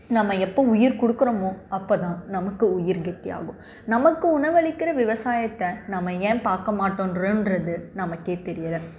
நம்ம எப்போ உயிர் கொடுக்குறோமோ அப்போ தான் நமக்கு உயிர் கெட்டியாகும் நமக்கு உணவளிக்கின்ற விவசாயத்தை நாம் ஏன் பார்க்க மாட்டோன்றது நமக்கு தெரியலை